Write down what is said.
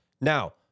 Now